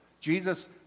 Jesus